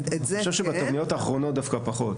אני חושב שבתבניות האחרונות דווקא פחות,